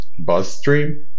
BuzzStream